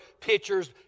pictures